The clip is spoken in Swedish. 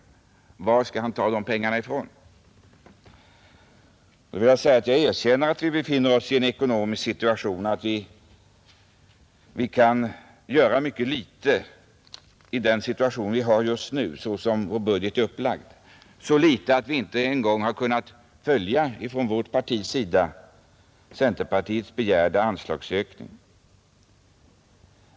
Jag erkänner att vi med tanke på hur vår budget är upplagd just nu befinner oss i en situation där vi kan göra mycket litet — så litet att vårt parti inte en gång har kunnat biträda centerpartiets begäran om anslagsökning.